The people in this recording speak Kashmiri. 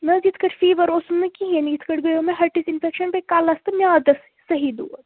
نہ حظ یِتھ کٲٹھۍ فیٖوَر اوسُم نہٕ کِہیٖنۍ تہ یِتھ پٲٹھۍ گۄیو مےٚ ہیٚٹِس اِنفیٚکشن بیٚیہِ کَلَس تہٕ میادس سہی دود